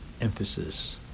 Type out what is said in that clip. emphasis